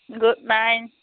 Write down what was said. good नाइद